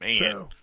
man